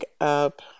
up